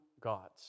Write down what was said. gods